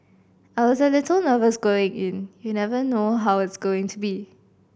I was a little nervous going in you never know how it's going to be